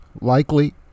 Likely